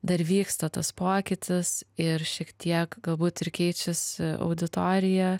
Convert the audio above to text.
dar vyksta tas pokytis ir šiek tiek galbūt ir keičiasi auditorija